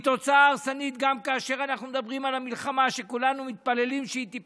היא תוצאה הרסנית גם כאשר אנחנו מדברים על המלחמה,